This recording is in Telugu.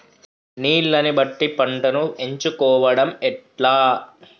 నీళ్లని బట్టి పంటను ఎంచుకోవడం ఎట్లా?